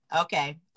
Okay